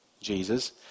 Jesus